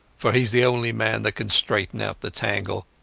for heas the only man that can straighten out the tangle.